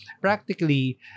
practically